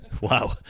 Wow